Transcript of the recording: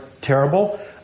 terrible